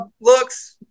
looks